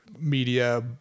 media